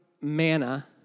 manna